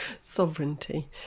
Sovereignty